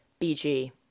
BG